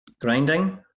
Grinding